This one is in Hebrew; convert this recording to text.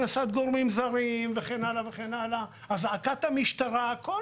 על הכנסת גורמים זרים על אזעקת המשטרה וכן הלאה.